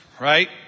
right